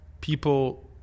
People